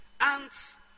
Ants